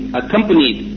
accompanied